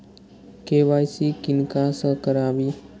KYC किनका से कराबी?